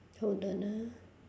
hold on ah